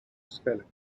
spelling